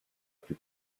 più